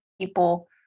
people